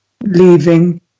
leaving